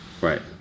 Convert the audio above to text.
Right